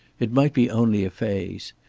it might be only a phase.